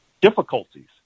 difficulties